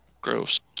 gross